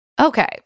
Okay